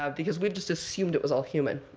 um because we've just assumed it was all human.